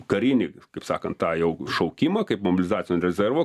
karinį kaip sakant tą jau šaukimą kaip mobilizacinio rezervo